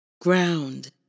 Ground